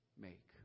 make